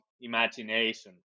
imagination